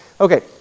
Okay